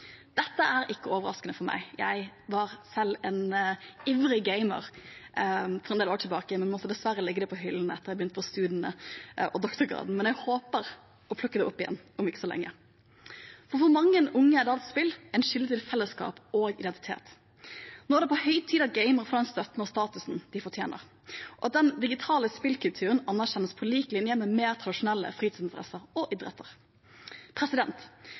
Dette er ikke overraskende for meg – jeg var selv en ivrig gamer for en del år siden. Jeg måtte dessverre legge det på hyllen da jeg begynte på studiene og doktorgraden, men jeg håper å plukke det opp igjen om ikke så lenge. For mange unge er dataspill en kilde til fellesskap og identitet. Nå er det på høy tid at gamere får den støtten og statusen de fortjener, og at den digitale spillkulturen anerkjennes på lik linje med mer tradisjonelle fritidsinteresser og idretter.